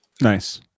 Nice